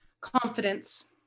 Confidence